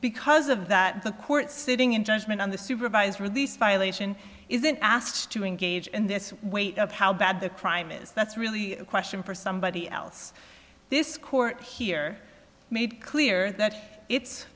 because of that the court's sitting in judgment on the supervisor of this violation isn't asked to engage in this weight of how bad the crime is that's really a question for somebody else this court here made clear that it